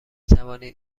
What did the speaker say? توانید